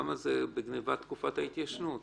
כמה בגניבה תקופת ההתיישנות?